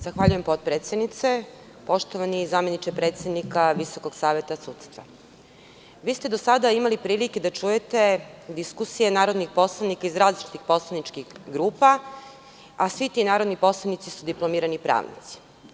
Zahvaljujem potpredsednice, poštovani zameniče predsednika Visokog saveta sudstva, vi ste do sada imali prilike da čujete diskusije narodnih poslanika iz različitih poslaničkih grupa, a svi ti narodni poslanici su diplomirani pravnici.